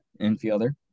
Infielder